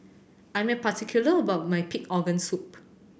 I am particular about my pig organ soup